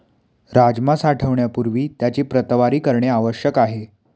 राजमा साठवण्यापूर्वी त्याची प्रतवारी करणे आवश्यक आहे